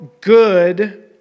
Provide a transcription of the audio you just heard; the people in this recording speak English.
good